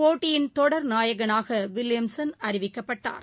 போட்டியின் தொடர் நாயகனாகவில்லியம்ஸன் அறிவிக்கப்பட்டார்